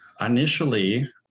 initially